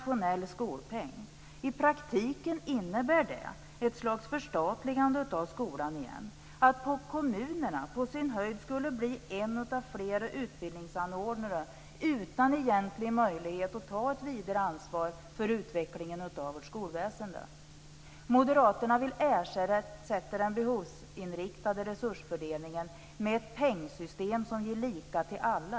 I praktiken innebär det ett slags förstatligande av skolan igen och att kommunerna på sin höjd skulle bli en av flera utbildningsanordnare utan egentlig möjlighet att ta ett vidare ansvar för utvecklingen av vårt skolväsende. Moderaterna vill ersätta den behovsinriktade resursfördelningen med ett pengsystem som ger lika till alla.